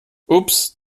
ups